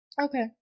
Okay